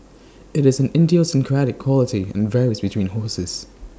IT is an idiosyncratic quality and varies between horses